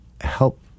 help